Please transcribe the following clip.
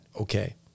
okay